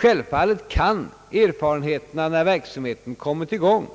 Självfallet kan erfarenheterna, när verksamheten kommit i gång,